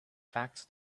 facts